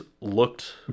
looked